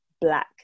black